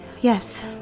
Yes